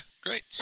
Great